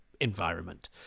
environment